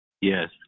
Yes